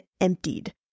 emptied